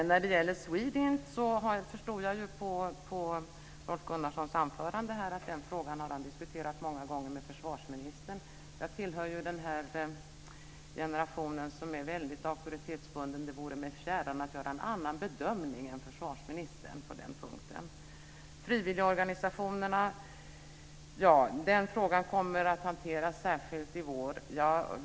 Jag förstår av Rolf Gunnarssons anförande att han har diskuterat frågan om Swedint många gånger med försvarsministern. Jag tillhör den generation som är väldigt auktoritetsbunden. Det vore mig fjärran att göra en annan bedömning än försvarsministern på den punkten. Frågan om frivilligorganisationerna kommer att hanteras särskilt i vår.